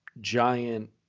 giant